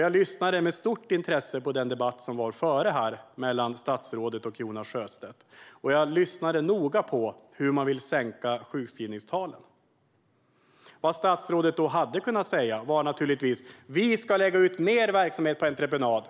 Jag lyssnade med stort intresse på den tidigare debatten mellan statsrådet och Jonas Sjöstedt. Jag lyssnade noga på hur man vill sänka sjukskrivningstalen. Vad statsrådet då hade kunnat säga var naturligtvis: Vi ska lägga ut mer verksamhet på entreprenad.